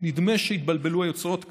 נדמה שהתבלבלו היוצרות כאן.